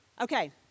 Okay